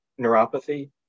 neuropathy